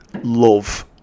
love